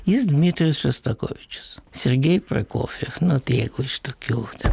jis dmitrijus šostakovičius sergej prakofef na tai jeigu iš tokių ten